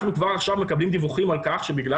אנחנו כבר עכשיו מקבלים דיווחים על כך שבגלל